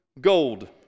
gold